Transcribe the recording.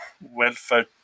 welfare